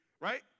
Right